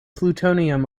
plutonium